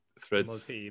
threads